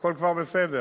הכול כבר בסדר.